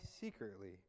secretly